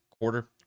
quarter